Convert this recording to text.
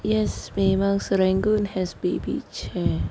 yes famous serangoon has baby chair